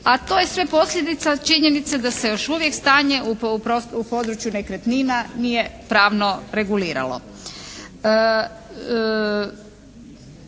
a to je sve posljedica činjenice da se još uvijek stanje u području nekretnina nije pravno reguliralo.